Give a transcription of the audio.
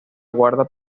guardia